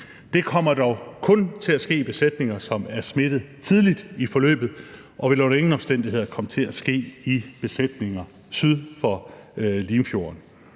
Det kommer dog kun til at ske i besætninger, som er smittet tidligt i forløbet, og det vil under ingen omstændigheder komme til at ske i besætninger syd for Limfjorden.